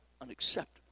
unacceptable